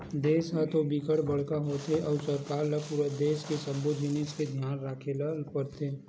देस ह तो बिकट बड़का होथे अउ सरकार ल पूरा देस के सब्बो जिनिस के धियान राखे ल परथे